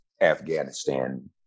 Afghanistan